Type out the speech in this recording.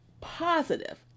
positive